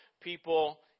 people